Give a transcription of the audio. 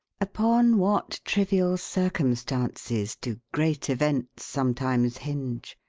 upon what trivial circumstances do great events sometimes hinge!